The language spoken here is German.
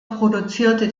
produzierte